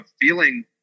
feeling